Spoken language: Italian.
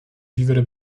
vivere